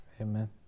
Amen